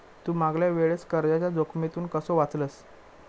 तू मागल्या वेळेस कर्जाच्या जोखमीतून कसो वाचलस